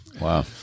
Wow